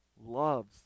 loves